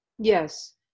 Yes